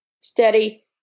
steady